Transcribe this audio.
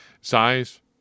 Size